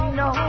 no